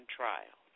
trial